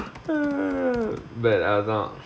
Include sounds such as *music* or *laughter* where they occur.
*noise* but அதா:athaa